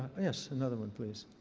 yes, another one please.